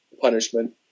punishment